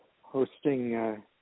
hosting –